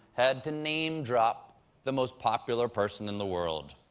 had to name-drop the most popular person in the world.